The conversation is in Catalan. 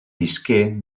visqué